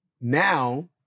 Now